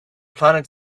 planet